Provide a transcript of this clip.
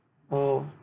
oh